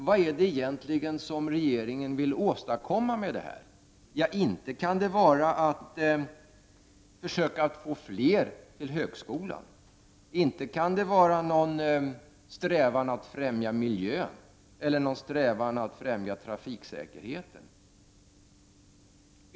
Man kan då fråga sig: Vad vill regeringen egentligen åstadkomma med detta förslag? Inte kan det vara att man vill försöka få fler att söka sig till högskolan. Inte kan det vara någon strävan att främja miljön eller trafiksäkerheten.